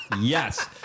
Yes